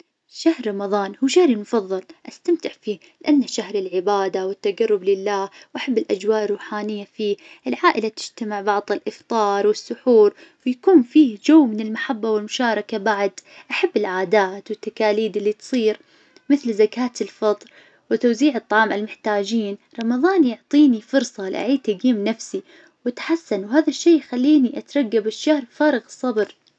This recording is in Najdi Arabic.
شهر رمظان هو شهري المفظل استمتع فيه لأنه شهر العبادة والتقرب لله وأحب الأجواء الروحانية فيه، العائلة تجتمع بعد الأفطار والسحور، ويكون فيه جو من المحبة والمشاركة بعد أحب العادات والتقاليد اللي تصير مثل زكاة الفطر وتوزيع الطعام المحتاجين. رمضان يعطيني فرصة لأعيد تقييم نفسي واتحسن وهذا الشي يخليني أترقب الشهر بفارغ الصبر.